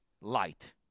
light